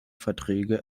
verträge